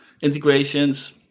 integrations